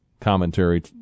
commentary